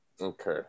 Okay